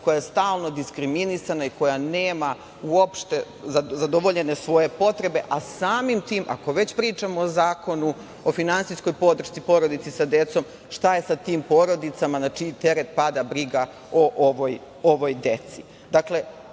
koja je stalno diskriminisana i koja nema uopšte zadovoljene svoje potrebe, a samim tim, ako već pričamo o Zakonu o finansijskoj podršci porodici sa decom, šta je sa tim porodicama na čiji teret pada briga o ovoj deci? Ono